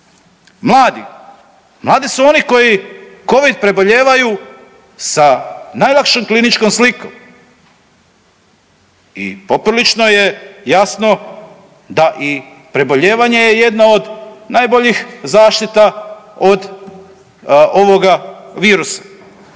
mladi su oni koji covid prebolijevaju sa najlakšom kliničkom slikom i poprilično je jasno da i prebolijevanje je jedno od najboljih zaštita od ovoga virusa.